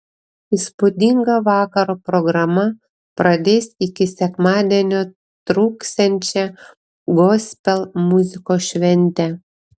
įspūdinga vakaro programa pradės iki sekmadienio truksiančią gospel muzikos šventę